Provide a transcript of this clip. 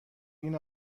این